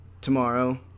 tomorrow